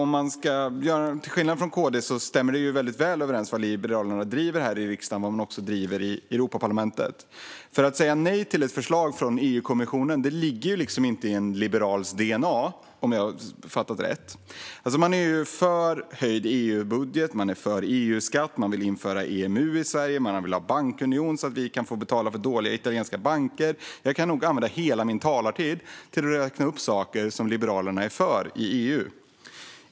En skillnad jämfört med KD är att det som Liberalerna driver här i riksdagen stämmer väl överens med vad de driver i Europaparlamentet. Att säga nej till ett förslag från EU-kommissionen ligger liksom inte i en liberals DNA, om jag har fattat rätt. Man är för höjd EU-budget, man är för EU-skatt, man vill införa EMU i Sverige och man vill ha en bankunion så att vi kan få betala för dåliga italienska banker. Jag kan nog använda hela min talartid till att räkna upp saker som Liberalerna är för i EU.